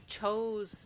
chose